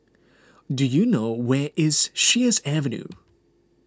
do you know where is Sheares Avenue